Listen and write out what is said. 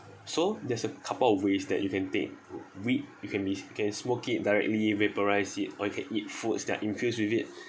so there's a couple of ways that you can take weed you can mi~ can smoke it directly vaporise it or you can eat foods that are infused with it